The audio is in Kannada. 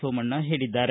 ಸೋಮಣ್ಣ ಹೇಳದ್ದಾರೆ